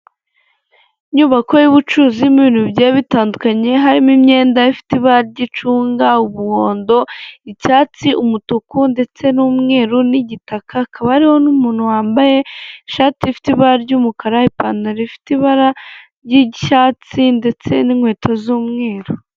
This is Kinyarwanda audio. Inyubako y'ubucuruzi irimo ibintu bigiye bitandukanye, harimo imyenda ifite ibara ry’icunga, umuhondo, icyatsi, umutuku, ndetse n'umweru n'igitaka. Hakaba hari n'umuntu wambaye ishati ifite ibara ry'umukara, ipantaro ifite ibara ry'icyatsi ndetse n'inkweto z'umweru.